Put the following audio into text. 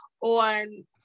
on